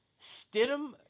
Stidham